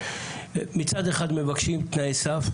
מצד אחד מבקשים תנאי סף,